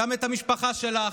גם את המשפחה שלך,